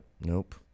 nope